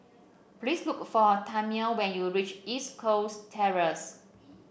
please look for Tammie when you reach East Coast Terrace